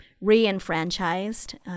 re-enfranchised